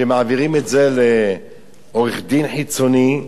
שמעבירים את זה לעורך-דין חיצוני,